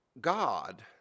God